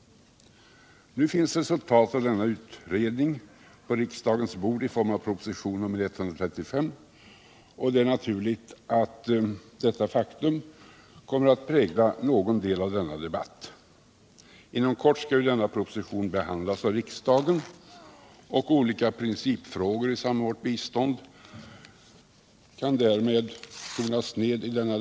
Nu finns resultatet av denna utredning på riksdagens bord i form av proposition nr 135, och det är naturligt att detta faktum kommer att prägla någon del av debatten. Inom kort skall ju denna proposition behandlas av riksdagen, och olika principfrågor i samband med vårt bistånd kan därmed anstå till den behandlingen.